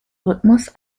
rhythmus